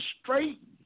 straight